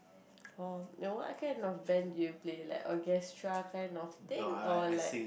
oh what kind of band do you play like orchestra kind of thing or like